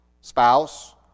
spouse